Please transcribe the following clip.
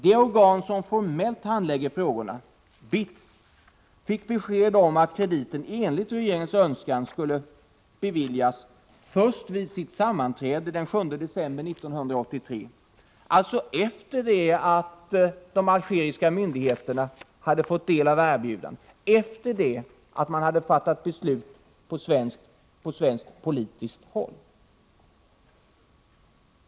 Det organ som formellt handlägger frågorna, BITS, fick besked om att krediten enligt regeringens önskan skulle beviljas först vid dess sammanträde den 7 december 1983, alltså efter det att de algeriska myndigheterna hade fått del av erbjudandet, efter det att man hade fattat beslut på svenskt politiskt håll.